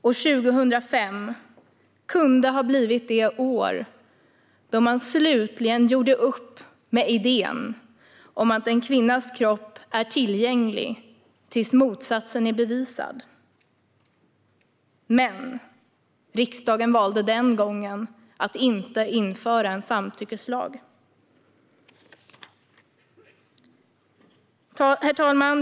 År 2005 kunde ha blivit det år då man slutligen gjorde upp med idén om att en kvinnas kropp är tillgänglig till dess att motsatsen är bevisad. Men riksdagen valde den gången att inte införa en samtyckeslag. Herr talman!